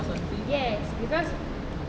yes because